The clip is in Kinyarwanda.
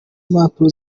mpanuro